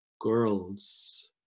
girls